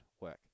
work